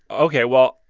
ok. well,